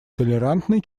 толерантной